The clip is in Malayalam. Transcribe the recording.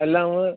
അല്ല അങ്ങ്